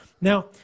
Now